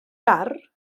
gar